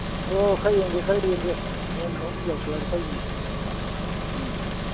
ꯑꯣ ꯈꯔ ꯌꯦꯡꯒꯦ ꯈꯔ ꯌꯦꯡꯒꯦ ꯃꯣꯜ ꯑꯍꯨꯝ ꯌꯧꯁꯜꯂꯛꯑꯗꯤ ꯈꯔ ꯌꯦꯡꯒꯦ ꯎꯝ